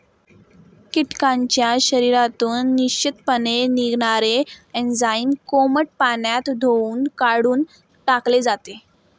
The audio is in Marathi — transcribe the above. कीटकांच्या शरीरातून निश्चितपणे निघणारे एन्झाईम कोमट पाण्यात धुऊन काढून टाकले जाते